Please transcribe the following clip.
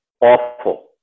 awful